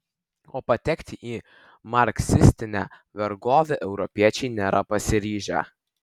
o patekti į marksistinę vergovę europiečiai nėra pasiryžę